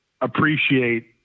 appreciate